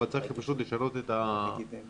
אבל צריך פשוט לשנות את התקנות.